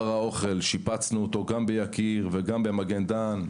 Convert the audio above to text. שיפצנו את חדר האוכל ביקיר ובמגן דן.